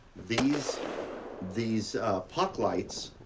these these puck lights,